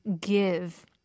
give